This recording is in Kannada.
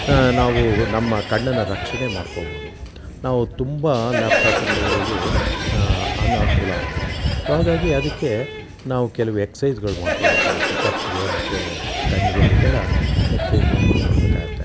ನಾವು ನಮ್ಮ ಕಣ್ಣನ್ನು ರಕ್ಷಣೆ ಮಾಡ್ಕೊಬೋದು ನಾವು ತುಂಬ ಲ್ಯಾಪ್ ಟಾಪನ್ನ ನೋಡೋದು ಅನಾನುಕೂಲ ಆಗುತ್ತೆ ಸೊ ಹಾಗಾಗಿ ಅದಕ್ಕೆ ನಾವು ಕೆಲವು ಎಕ್ಸೈಜ್ಗಳು ಮಾಡ್ಕೋಬೇಕಾಗುತ್ತೆ ಕತ್ತಿಗೆ ಮತ್ತು ಕಣ್ಣಿಗೆ ಇದಕ್ಕೆಲ್ಲ ಎಕ್ಸೈಜ್ಗಳು ಮಾಡಿಕೊಳ್ಬೇಕಾಗುತ್ತೆ